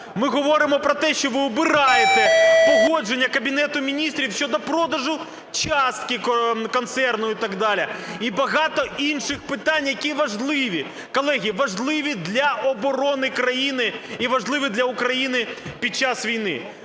Ми говоримо про те, що ви обираєте погодження Кабінету Міністрів щодо продажу частки концерну і так далі. І багато інших питань, які важливі, колеги, важливі для оборони країни і важлива і для України під час війни.